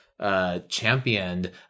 Championed